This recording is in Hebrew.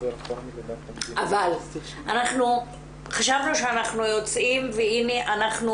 אבל אנחנו חשבנו שאנחנו יוצאים והנה אנחנו